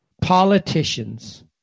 politicians